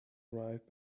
ripe